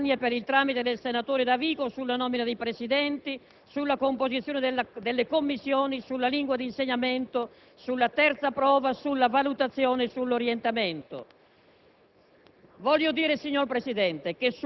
il contributo del Gruppo della Lega Nord Padania, per il tramite del senatore Davico, sulla nomina dei presidenti, sulla composizione delle commissioni, sulla lingua d'insegnamento, sulla terza prova, sulla valutazione e sull'orientamento.